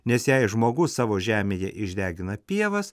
nes jei žmogus savo žemėje išdegina pievas